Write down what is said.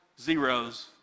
zeros